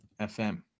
FM